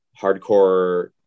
hardcore